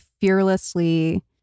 fearlessly